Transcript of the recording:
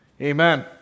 Amen